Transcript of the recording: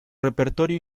repertorio